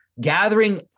gathering